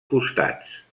costats